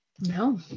No